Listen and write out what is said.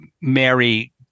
Mary